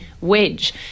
wedge